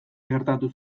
gertatu